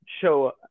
show